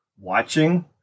watching